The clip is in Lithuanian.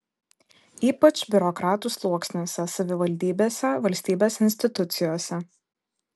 ypač biurokratų sluoksniuose savivaldybėse valstybės institucijose